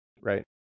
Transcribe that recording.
Right